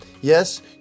Yes